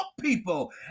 people